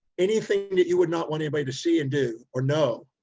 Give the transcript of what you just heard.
anything that you would not want anybody to see and do, or know,